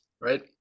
right